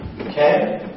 Okay